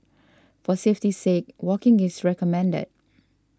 for safety's sake walking is recommended